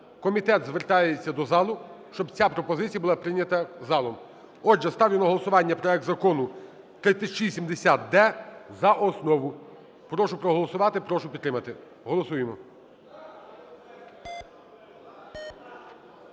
Комітет звертається до зали, щоб ця пропозиція була прийнята залом. Отже, ставлю на голосування проект Закону 3670-д за основу. Прошу проголосувати і прошу підтримати. Голосуємо.